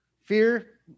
Fear